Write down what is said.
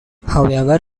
however